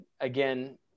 again